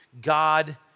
God